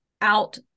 out